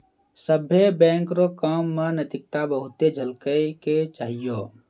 सभ्भे बैंक रो काम मे नैतिकता बहुते झलकै के चाहियो